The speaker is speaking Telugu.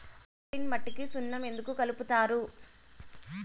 ఆల్కలీన్ మట్టికి సున్నం ఎందుకు కలుపుతారు